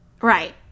Right